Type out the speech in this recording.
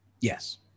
Yes